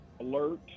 alert